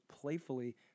playfully